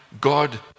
God